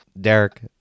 Derek